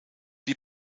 die